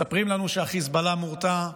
מספרים לנו שחיזבאללה מורתע,